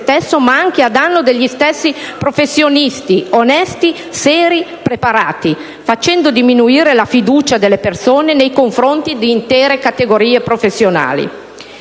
ma anche degli stessi professionisti onesti, seri e preparati, facendo diminuire la fiducia delle persone nei confronti di intere categorie professionali.